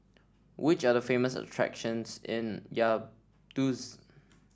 which are the famous attractions in Vaduz